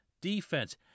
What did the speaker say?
defense